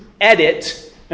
edit